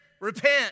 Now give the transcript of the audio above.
repent